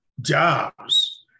jobs